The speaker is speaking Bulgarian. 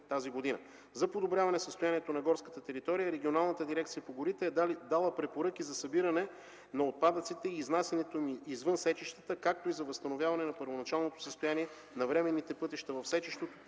тази година. За подобряване състоянието на горската територия Регионалната дирекция по горите е дала препоръки за събиране на отпадъци и изнасянето им извън сечищата, както и за възстановяване на първоначалното състояние на временните пътища в сечището,